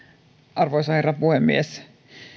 arvoisa herra puhemies